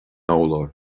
urlár